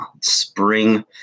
spring